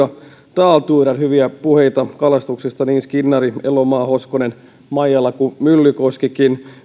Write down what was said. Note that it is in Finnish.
talturer hyviä puheita kalastuksesta niin skinnari elomaa hoskonen maijala kuin myllykoskikin